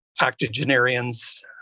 octogenarians